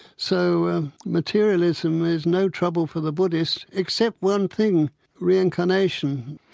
so materialism is no trouble for the buddhists. except one thing reincarnation.